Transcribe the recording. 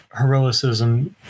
heroicism